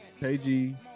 KG